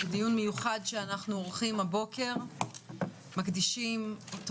דיון מיוחד שאנחנו עורכים הבוקר מקדישים אותו